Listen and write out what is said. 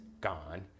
gone